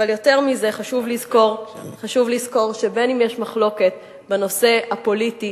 אבל יותר מזה חשוב לזכור שגם אם יש מחלוקת בנושא הפוליטי,